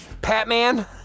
Batman